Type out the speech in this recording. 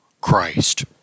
Christ